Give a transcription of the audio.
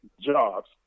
jobs